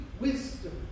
wisdom